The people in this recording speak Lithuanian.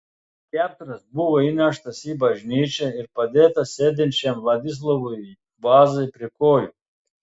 skeptras buvo įneštas į bažnyčią ir padėtas sėdinčiam vladislovui vazai prie kojų